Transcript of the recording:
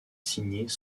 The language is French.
signés